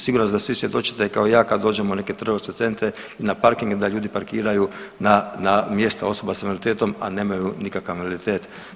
Siguran sam da svi svjedočite kao i ja kad dođem u neke trgovačke centre i na parking da ljudi parkiraju na mjesta osoba s invaliditetom, a nemaju nikakav invaliditet.